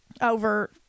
over